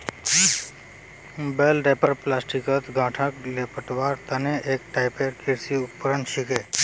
बेल wrapper प्लास्टिकत गांठक लेपटवार तने एक टाइपेर कृषि उपकरण छिके